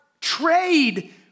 trade